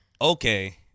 okay